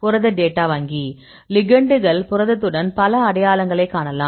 புரத டேட்டா வங்கி லிகெண்டுகள் புரதத்துடன் பல அடையாளங்களைக் காணலாம்